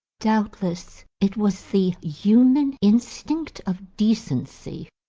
doubtless it was the human instinct of decency,